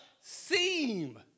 Seem